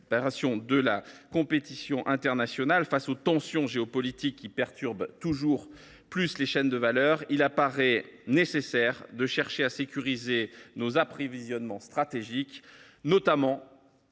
de la compétition internationale, face aux tensions géopolitiques qui perturbent toujours plus les chaînes de valeurs, il apparaît nécessaire de chercher à sécuriser nos approvisionnements stratégiques, notamment